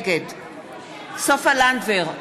נגד סופה לנדבר,